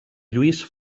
lluís